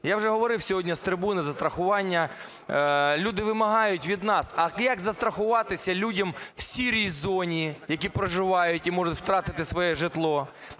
Я вже говорив сьогодні з трибуни за страхування. Люди вимагають від нас: а як застрахуватися людям в "сірій" зоні, які проживають і можуть втратити своє житло;